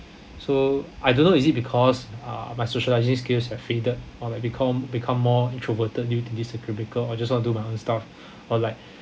so I don't know is it because uh my socialising skills have faded or like become become more introverted due to this a circuit breaker or just want to do my own stuff or like